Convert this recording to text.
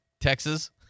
Texas